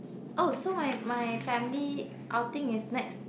oh so my my family outing is next